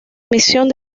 emisión